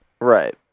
Right